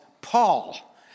Paul